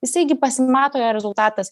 jisai gi pasimato rezultatas